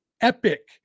epic